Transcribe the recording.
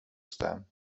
staan